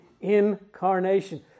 incarnation